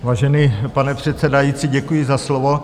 Vážený pane předsedající, děkuji za slovo.